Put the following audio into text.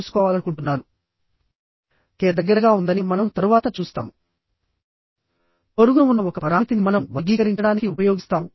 ఇటువంటి పరిస్థితులలో టెన్షన్ ని తీసుకోవడానికి స్టీల్ మెంబర్స్ ని ఉపయోగిస్తారు